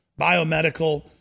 biomedical